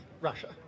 Russia